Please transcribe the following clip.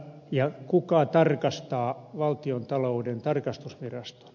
ja kuka tarkastaa valtiontalouden tarkastusviraston